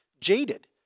jaded